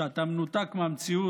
כשאתה מנותק מהמציאות,